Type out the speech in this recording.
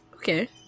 Okay